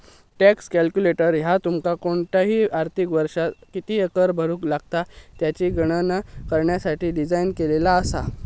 tax calculator ह्या तुमका कोणताही आर्थिक वर्षात किती कर भरुक लागात याची गणना करण्यासाठी डिझाइन केलेला असा